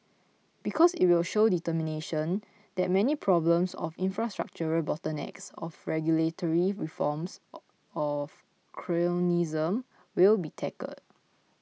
because it will show determination that many problems of infrastructural bottlenecks of regulatory reforms a of cronyism will be tackled